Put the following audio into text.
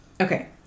okay